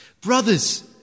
Brothers